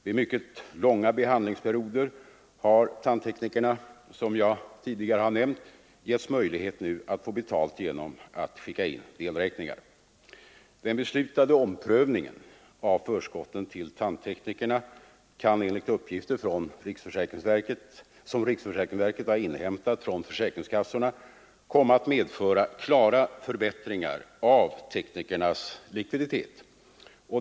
Vid mycket långa behandlingsperioder har tandteknikerna, som jag tidigare nämnt, nu givits möjlighet att få betalt genom att skicka in delräkningar. Den beslutade omprövningen av förskotten till tandteknikerna kan enligt uppgifter som riksförsäkringsverket inhämtat från försäkringskassorna komma att medföra klara förbättringar av tandteknikernas likviditet.